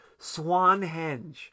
Swanhenge